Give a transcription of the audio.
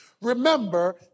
Remember